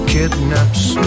Kidnaps